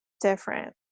different